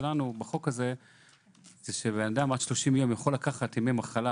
בחוק הזה אנחנו מבקשים שאדם יוכל לקחת עד 30 ימי מחלה